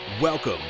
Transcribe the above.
Welcome